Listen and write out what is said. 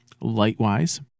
light-wise